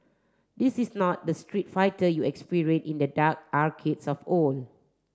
this is not the Street Fighter you experienced in the dark arcades of old